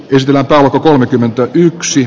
pysyvä pelko kolmekymmentä yksi